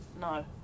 No